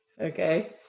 Okay